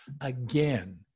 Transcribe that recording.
again